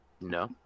No